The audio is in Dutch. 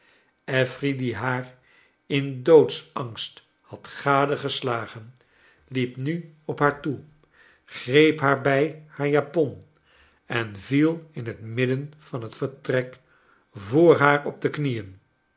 affery die haar in doodsangst had gadegeslagen liep nu op haar toe greep haar bij haar japon en viel in het midden van het vertrek voor haar op de knieen